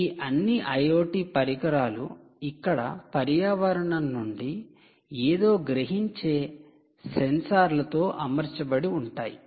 ఈ అన్ని IoT పరికరాలు ఇక్కడ పర్యావరణం నుండి ఏదో గ్రహించే సెన్సార్లతో అమర్చబడి ఉంటాయి